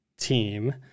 team